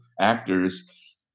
actors